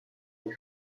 avec